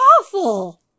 awful